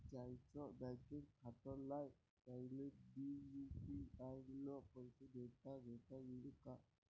ज्याईचं बँकेत खातं नाय त्याईले बी यू.पी.आय न पैसे देताघेता येईन काय?